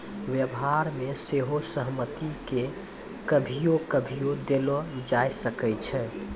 व्यवसाय मे सेहो सहमति के कभियो कभियो देलो जाय सकै छै